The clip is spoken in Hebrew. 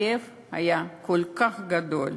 הכאב היה כל כך גדול.